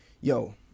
yo